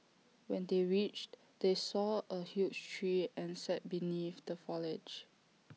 when they reached they saw A huge tree and sat beneath the foliage